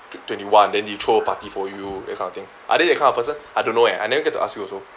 twenty one then you throw a party for you that kind of thing are they that kind of person I don't know eh I never get to ask you also